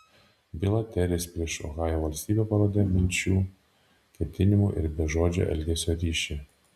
byla teris prieš ohajo valstiją parodė minčių ketinimų ir bežodžio elgesio ryšį